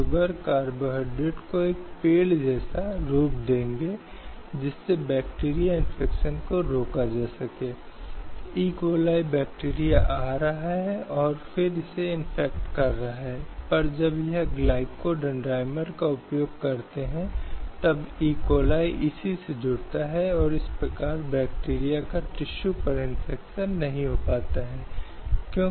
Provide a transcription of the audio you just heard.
आगे स्वतंत्रता के अधिकार के बारे में बात करते हैं सभ्य समाज में नेतृत्व करने के लिए स्वतंत्रता और स्वतंत्रता बहुत महत्वपूर्ण है उस संबंध में भारतीय संविधान के अनुच्छेद 19 में छह तरह की स्वतंत्रताएं हैं